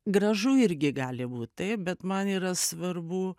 gražu irgi gali būt taip bet man yra svarbu